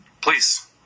please